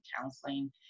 counseling